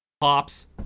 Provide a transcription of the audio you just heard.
pops